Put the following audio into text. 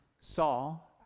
Saul